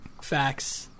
facts